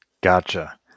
Gotcha